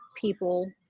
people